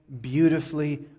beautifully